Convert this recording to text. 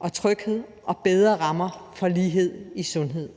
og tryghed og bedre rammer for lighed i sundhed.